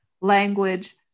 language